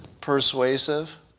persuasive